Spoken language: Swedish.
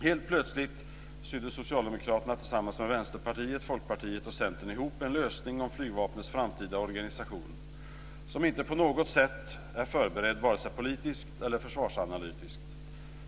Helt plötsligt sydde Socialdemokraterna tillsammans med Vänsterpartiet, Folkpartiet och Centern ihop en lösning av flygvapnets framtida organisation som inte på något sätt är förberedd vare sig politiskt eller försvarsanalytiskt.